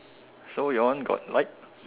so your one got light